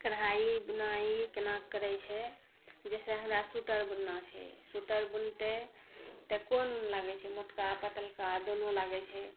कढ़ाइ बुनाइ कोना करै छै जइसे हमरा सुटर बुनना छै सुटर बुनतै तऽ कोन लागै छै मोटका पतरका दुनू लागै छै